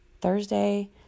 Thursday